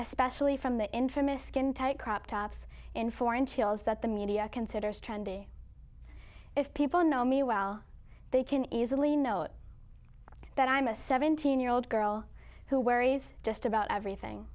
especially from that infamous skin tight crop tops in four inch heels that the media considers trendy if people know me well they can easily note that i'm a seventeen year old girl who worries just about everything